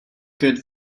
good